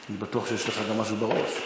אני בטוח שיש לך משהו בראש.